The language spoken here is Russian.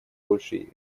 большей